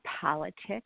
politics